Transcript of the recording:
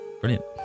Brilliant